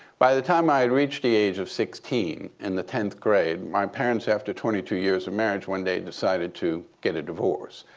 by the time i had reached the age of sixteen, in the tenth grade, my parents after twenty two years of marriage one day decided to get a divorce.